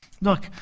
Look